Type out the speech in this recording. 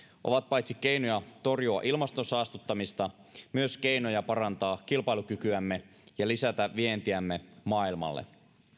ovat paitsi keinoja torjua ilmaston saastuttamista myös keinoja parantaa kilpailukykyämme ja lisätä vientiämme maailmalle